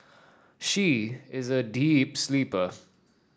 she is a deep sleeper